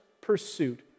pursuit